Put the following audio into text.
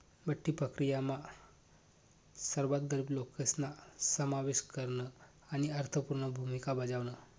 बठ्ठी प्रक्रीयामा सर्वात गरीब लोकेसना समावेश करन आणि अर्थपूर्ण भूमिका बजावण